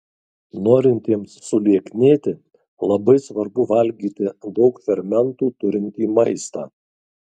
norintiems sulieknėti labai svarbu valgyti daug fermentų turintį maistą